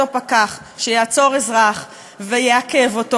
אותו פקח שיעצור אזרח ויעכב אותו,